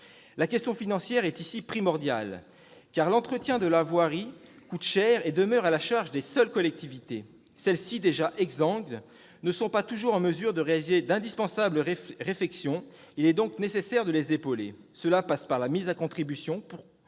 La question financière est ici primordiale, car l'entretien de la voirie coûte cher et demeure à la charge des seules collectivités. Celles-ci, déjà exsangues, ne sont pas toujours en mesure de réaliser d'indispensables réfections. Il est donc nécessaire de les épauler. Cela passe par la mise à contribution-